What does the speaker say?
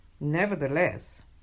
Nevertheless